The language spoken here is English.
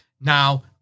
now